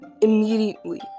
immediately